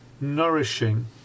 nourishing